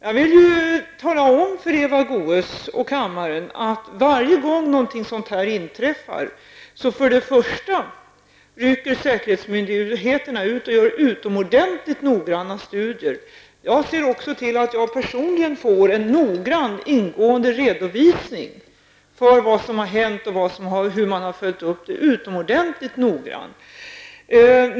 Jag vill tala om för Eva Goe s och kammaren att varje gång någonting sådant här inträffar rycker säkerhetsmyndigheterna ut och gör utomordentligt noggranna studier. Jag ser även till att jag personligen får en utomordentligt noggrann och ingående redovisning av vad som har hänt och hur man har följt upp detta.